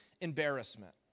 embarrassment